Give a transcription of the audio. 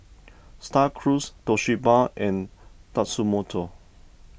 Star Cruise Toshiba and Tatsumoto